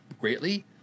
greatly